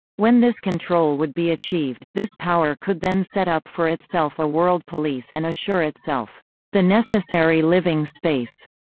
when this control would be achieved, this power could then set up for itself a world police and assure itself the necessary living space.